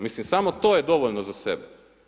Mislim, samo to je dovoljno za sebe.